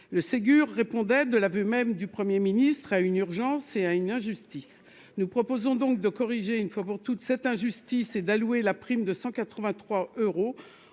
le Ségur, de l'aveu même du 1er ministre à une urgence et à une injustice nous proposons donc de corriger une fois pour toute cette injustice et d'allouer la prime de 183 euros